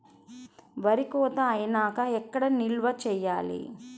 వరి కోత అయినాక ఎక్కడ నిల్వ చేయాలి?